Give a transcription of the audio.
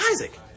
Isaac